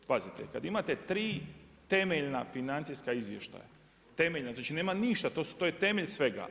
Pazite kad imate tri temeljna financijska izvještaja, temeljna, znači nema ništa, to je temelj svega.